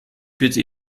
bitte